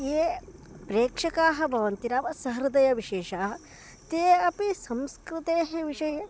ये प्रेक्षकाः भवन्ति नाम सहृदयविशेषः ते अपि संस्कृतेः विषये